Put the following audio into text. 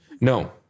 No